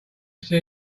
see